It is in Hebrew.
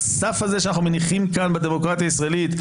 הסף הזה שאנחנו מניחים כאן בדמוקרטיה הישראלית,